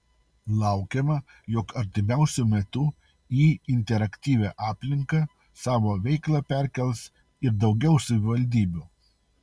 laukiama jog artimiausiu metu į interaktyvią aplinką savo veiklą perkels ir daugiau savivaldybių